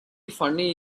funny